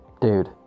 Dude